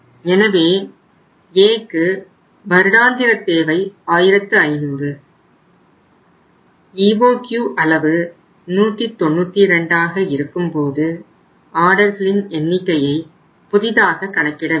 எனவே Aக்கு வருடாந்திர தேவை 1500 EOQ அளவு 192 ஆக இருக்கும்போது ஆர்டர்களின் எண்ணிக்கையை புதிதாக கணக்கிட வேண்டும்